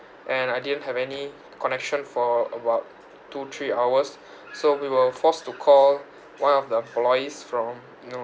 and I didn't have any connection for about two three hours so we were forced to call one of the employees from you know